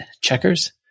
checkers